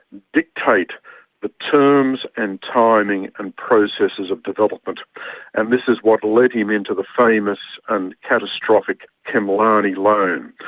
dictate the terms and timing and processes of development. and this is what led him into the famous and catastrophic khemlani loan.